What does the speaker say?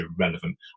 irrelevant